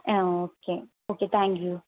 ആ okay okay thank U